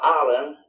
island